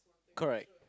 correct